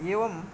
एवम्